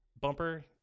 bumper